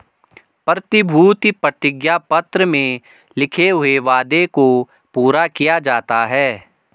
प्रतिभूति प्रतिज्ञा पत्र में लिखे हुए वादे को पूरा किया जाता है